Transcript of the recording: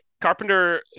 Carpenter